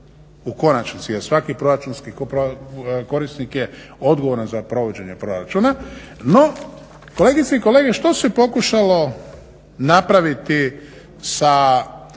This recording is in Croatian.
U konačnici je svaki proračunski korisnik je odgovoran za provođenje proračuna, no kolegice i kolege što se pokušalo napraviti sa